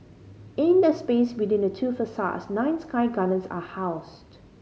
in the space between the two facades nine sky gardens are housed